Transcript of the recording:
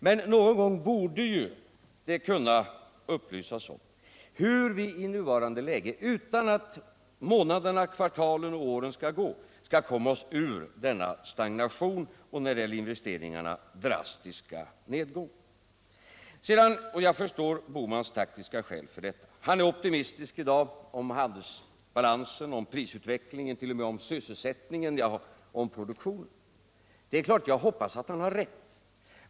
Men någon gång borde Gösta Bohman kunna upplysa oss om hur vi i nuvarande läge, utan att månaderna, kvartalen och åren bara går, skall komma oss ur denna stagnation och denna drastiska nedgång i investeringarna. Jag förstår emellertid Gösta Bohmans taktiska skäl för det här agerandet. Han är i dag optimistisk om handelsbalansen och prisutvecklingen, ja,t.o.m. om sysselsättningen och produktionen. Självfallet hoppas jag att han har rätt.